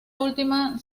última